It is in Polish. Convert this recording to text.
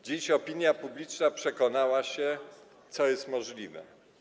Dziś opinia publiczna przekonała się, co jest możliwe.